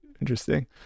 interesting